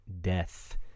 death